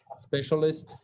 specialist